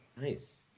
Nice